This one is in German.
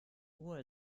uhr